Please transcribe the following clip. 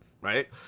right